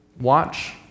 Watch